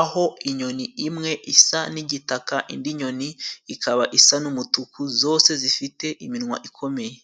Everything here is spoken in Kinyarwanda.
aho inyoni imwe isa n'igitaka, indi nyoni ikaba isa n'umutuku zose zifite iminwa ikomeye.